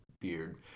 beard